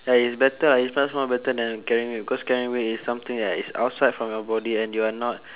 ya it's better lah it's much more better than carrying weight because carrying weight is something that is outside from your body and you are not